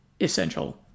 essential